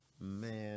man